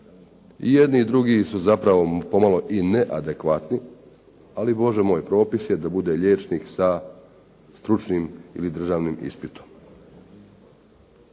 I jedni i drugi su zapravo pomalo neadekvatni. Ali Bože moj, propis je da bude liječnik sa stručnim ili državnim ispitom.